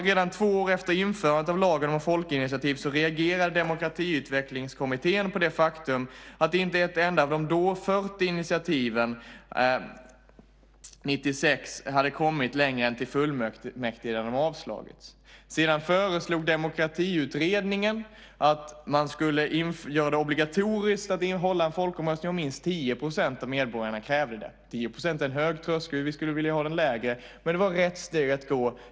Redan två år efter införandet av lagen om folkinitiativ reagerade Demokratiutvecklingskommittén på det faktum att inte ett enda av de då 40 initiativen år 1996 hade kommit längre än till fullmäktige, där de hade avslagits. Sedan föreslog Demokratiutredningen att man skulle göra det obligatoriskt att hålla en folkomröstning om minst 10 % av medborgarna krävde det. 10 % är en hög tröskel. Vi skulle vilja ha den lägre. Men det var rätt steg att gå.